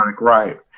Right